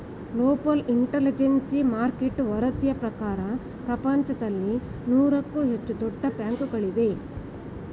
global intelligence market ವರದಿಯ ಪ್ರಕಾರ ಪ್ರಪಂಚದಲ್ಲಿ ನೂರಕ್ಕೂ ಹೆಚ್ಚು ದೊಡ್ಡ ಬ್ಯಾಂಕುಗಳಿವೆ